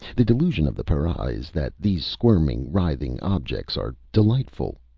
the delusion of the para is that these squirming, writhing objects are delightful!